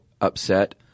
upset